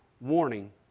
warning